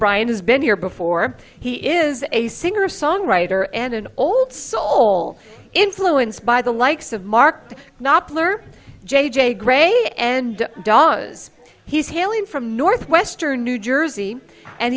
brian has been here before he is a singer songwriter and an old soul influenced by the likes of mark knopfler j j grey and dawes he's hailing from northwestern new jersey and